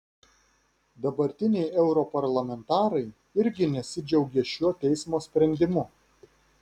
dabartiniai europarlamentarai irgi nesidžiaugė šiuo teismo sprendimu